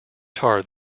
guitar